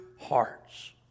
hearts